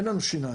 אין לנו שיניים.